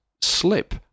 slip